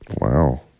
Wow